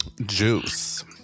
Juice